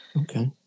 okay